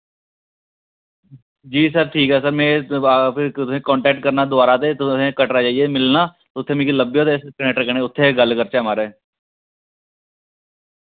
जी sir ठीक ऐ sir में तुसें कंटैक्ट करना दोबारा ते तुसें कटरा जाइयै मिलना उत्थे मिकी लब्भेओ ते कनैक्टर कन्नै उत्थै गै गल्ल करचै महाराज